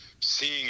seeing